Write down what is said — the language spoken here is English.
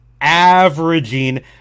averaging